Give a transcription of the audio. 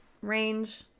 range